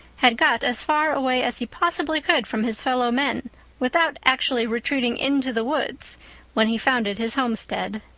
had got as far away as he possibly could from his fellow men without actually retreating into the woods when he founded his homestead.